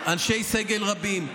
אני מדבר בשם אנשי סגל רבים,